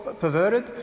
perverted